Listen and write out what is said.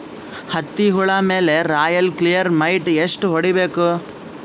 ಹತ್ತಿ ಹುಳ ಮೇಲೆ ರಾಯಲ್ ಕ್ಲಿಯರ್ ಮೈಟ್ ಎಷ್ಟ ಹೊಡಿಬೇಕು?